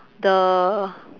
the